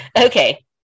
Okay